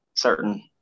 Certain